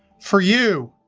for you,